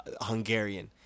Hungarian